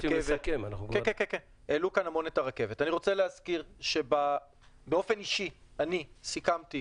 אני רוצה להזכיר שבאופן אישי אני סיכמתי